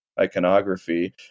iconography